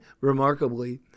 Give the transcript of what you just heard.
Remarkably